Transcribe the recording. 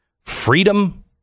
Freedom